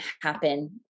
happen